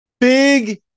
Big